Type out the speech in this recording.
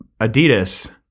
Adidas